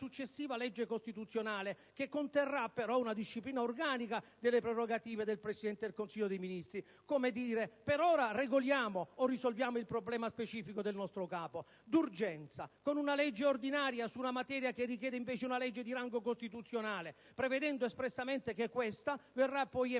successiva legge costituzionale che conterrà una disciplina organica delle prerogative del Presidente del Consiglio dei ministri. Come dire, per ora regoliamo, o risolviamo il problema specifico del nostro Capo, d'urgenza, con una legge ordinaria, una materia che richiede invece una legge di rango costituzionale, prevedendo espressamente che questa poi verrà emessa